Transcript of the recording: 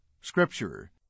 Scripture